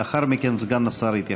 לאחר מכן סגן השר יתייחס.